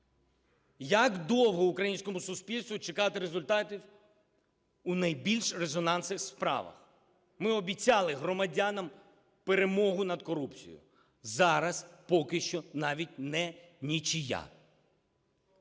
Як довго українському суспільству чекати результатів у найбільш резонансних справах? Ми обіцяли громадянам перемогу над корупцією. Зараз поки що навіть не "нічия".